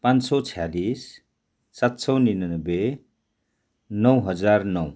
पाँच सय छ्यालिस सात सय निनानब्बे नौ हजार नौ